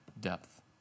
depth